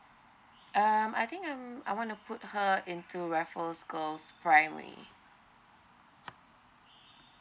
um I think um I want to put her in to raffles girls' primary